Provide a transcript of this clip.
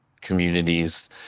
communities